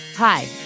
Hi